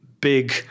big